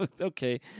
okay